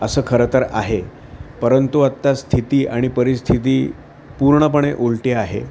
असं खरं तर आहे परंतु आत्ता स्थिती आणि परिस्थिती पूर्णपणे उलटी आहे